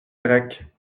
grecs